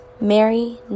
Mary